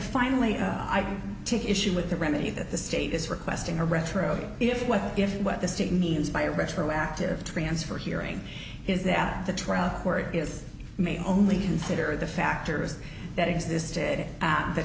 finally i will take issue with the remedy that the state is requesting a retro if what if what the state means by a retroactive transfer hearing is that the trial where it is may only consider the factors that existed at the